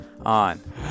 on